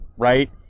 Right